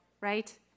right